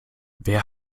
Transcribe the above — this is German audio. wer